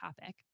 topic